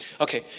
Okay